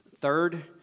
Third